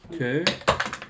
Okay